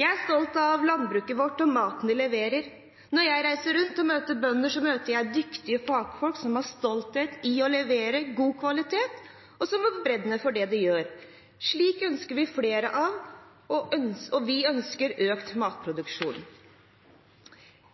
Jeg er stolt av landbruket vårt og maten de leverer. Når jeg reiser rundt og møter bønder, møter jeg dyktige fagfolk som har stolthet over å levere god kvalitet, og som brenner for det de gjør. Slike ønsker vi flere av, og vi ønsker økt matproduksjon.